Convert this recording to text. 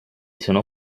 sono